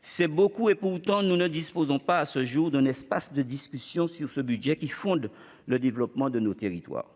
C'est beaucoup, et pourtant, nous ne disposons pas, à ce jour, d'un espace de discussion sur ce budget transversal qui fonde le développement de nos territoires.